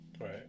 right